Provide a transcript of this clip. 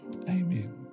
Amen